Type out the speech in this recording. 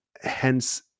Hence